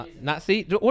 Nazi